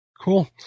Cool